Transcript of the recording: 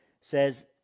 says